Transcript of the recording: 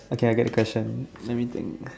okay I get the question let me think